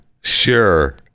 sure